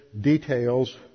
Details